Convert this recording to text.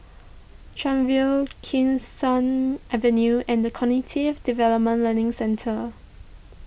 Chuan View Kee Sun Avenue and the Cognitive Development Learning Centre